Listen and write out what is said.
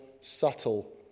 subtle